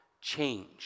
change